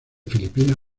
filipina